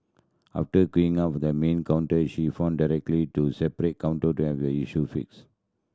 after queuing up at the main counter she found to separate counter to have the issue fixed